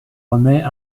remet